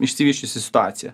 išsivysčiusi situacija